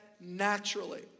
naturally